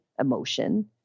emotion